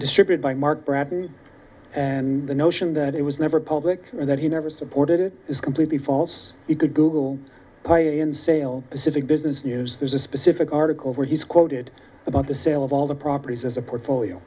distributed by mark bradley and the notion that it was never public and that he never supported it is completely false it could google pay in sales pacific business news there's a specific article where he's quoted about the sale of all the properties as a portfolio